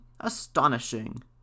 Astonishing